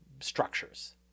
structures